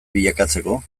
bilakatzeko